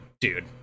dude